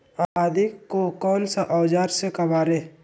आदि को कौन सा औजार से काबरे?